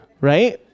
right